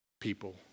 people